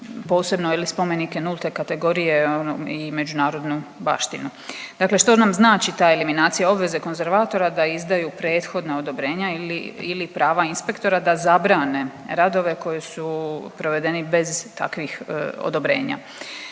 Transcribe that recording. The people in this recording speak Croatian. posebno je li spomenike nulte kategorije i međunarodnu baštinu. Dakle, što nam znači ta eliminacija obveze konzervatora da izdaju prethodna odobrenja ili prava inspektora da zabrane radove koji su provedeni bez takvih odobrenja.